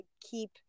keep